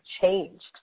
changed